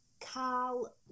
carl